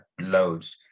loads